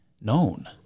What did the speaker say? known